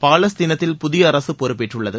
பாலஸ்தீனத்தில் புதிய அரசு பொறுப்பேற்றுள்ளது